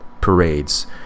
parades